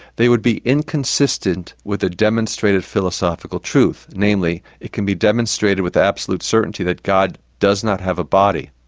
they would be inconsistent with a demonstrated philosophical truth, namely, it can be demonstrated with absolute certainty that god does not have a body.